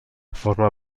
forma